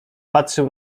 patrzył